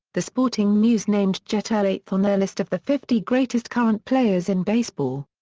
the sporting news named jeter eighth on their list of the fifty greatest current players in baseball.